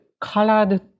colored